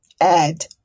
add